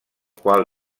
qual